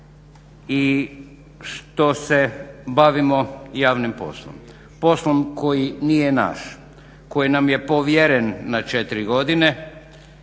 i što se bavimo javnim poslom. Poslom koji nije naš, koj nam je povjeren na 4 godine